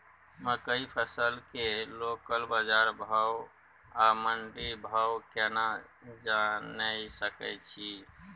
मकई फसल के लोकल बाजार भाव आ मंडी भाव केना जानय सकै छी?